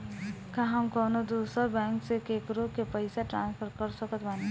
का हम कउनों दूसर बैंक से केकरों के पइसा ट्रांसफर कर सकत बानी?